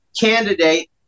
candidate